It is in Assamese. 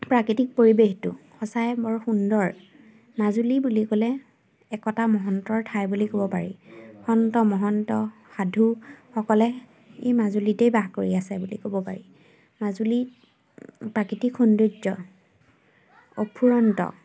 প্ৰাকৃতিক পৰিৱেশটো সঁচাই বৰ সুন্দৰ মাজুলী বুলি ক'লে একতা মহন্তৰ ঠাই বুলি ক'ব পাৰি সন্ত মহন্ত সাধুসকলে এই মাজুলীতেই বাস কৰি আছে বুলি ক'ব পাৰি মাজুলীৰ প্ৰাকৃতিক সৌন্দৰ্য অফুৰন্ত